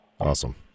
Awesome